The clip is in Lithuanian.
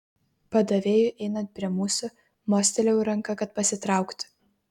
padavėjui einant prie mūsų mostelėjau ranka kad pasitrauktų